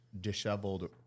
disheveled